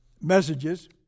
messages